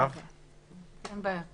אין בעיה.